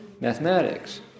mathematics